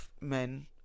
men